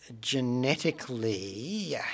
genetically